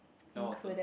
included